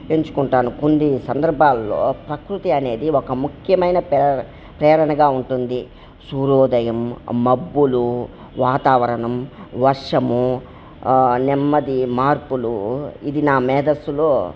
ఎంచుకుంటాను కొన్ని సందర్భాలలో ప్రకృతి అనేది ఒక ముఖ్యమైన ప్రేర ప్రేరణగా ఉంటుంది సూర్యోదయం మబ్బులు వాతావరణం వర్షం నెమ్మది మార్పులు ఇది నా మేదస్సులో